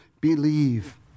believe